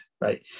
right